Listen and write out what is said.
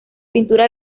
pintura